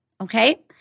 Okay